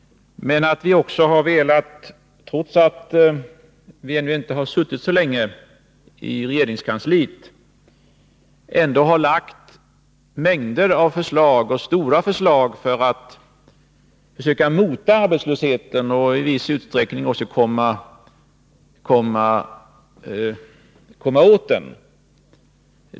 Trots att vi inte suttit länge i regeringskansliet har vi lagt fram många och omfattande förslag som syftar till att motverka arbetslösheten och i viss utsträckning även komma åt dess orsaker.